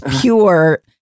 pure